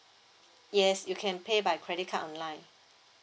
yes you can pay by credit card online